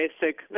basic